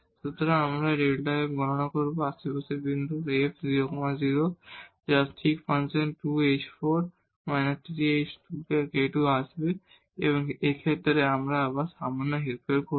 সুতরাং আমরা এই Δ f এখন গণনা করব আশেপাশের বিন্দু এই f 0 0 যা ঠিক ফাংশন 2 h4−3h2k k2 আসবে এবং এই ক্ষেত্রে আমরা এখানে আবার সামান্য হেরফের করব